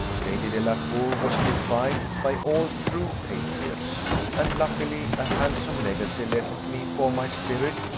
lady delacour was deified by all true patriots and, luckily, a handsome legacy left me for my spirit,